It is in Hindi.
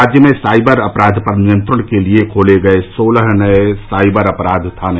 राज्य में साइबर अपराध पर नियंत्रण के लिए खोले गये सोलह नये साइबर अपराध थाने